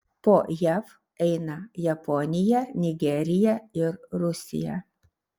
po jav eina japonija nigerija ir rusija